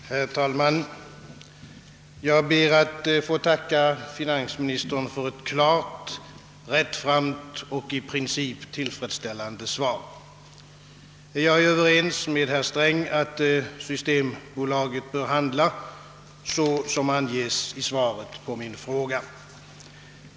Herr talman! Jag ber att få tacka fi nansministern för ett klart, rättframt och i princip tillfredsställande svar. Jag är överens med herr Sträng om att Systembolaget bör handla så som anges i svaret på min fråga.